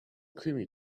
creamy